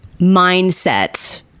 mindset